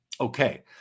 Okay